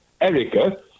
Erica